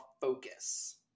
focus